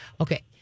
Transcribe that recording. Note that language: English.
Okay